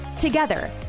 Together